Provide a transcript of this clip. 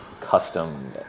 custom